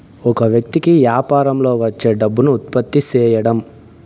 ఒక వ్యక్తి కి యాపారంలో వచ్చే డబ్బును ఉత్పత్తి సేయడం